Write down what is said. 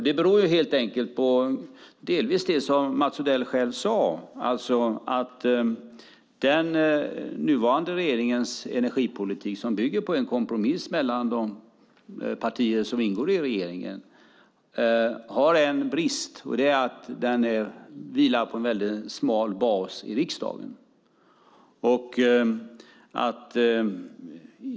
Det beror delvis på det som Mats Odell själv sade. Den nuvarande regeringens energipolitik bygger på en kompromiss med de partier som ingår i regeringen. Den har en brist, och det är att den vilar på en väldigt smal bas i riksdagen.